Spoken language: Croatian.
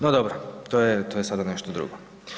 No dobro, to je sada nešto drugo.